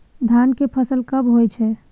धान के फसल कब होय छै?